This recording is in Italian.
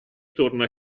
torno